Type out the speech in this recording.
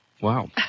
wow